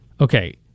Okay